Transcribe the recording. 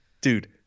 Dude